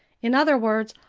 in other words,